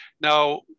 Now